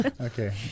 Okay